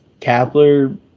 Kapler